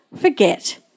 forget